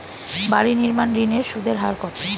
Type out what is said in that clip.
বাড়ি নির্মাণ ঋণের সুদের হার কত?